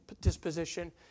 disposition